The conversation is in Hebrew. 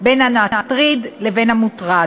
בין המטריד לבין המוטרד.